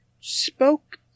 spoke